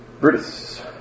Brutus